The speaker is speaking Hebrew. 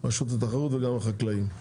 רשות התחרות וגם החקלאים.